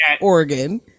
Oregon